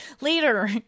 later